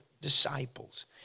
disciples